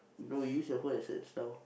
no use your phone and search now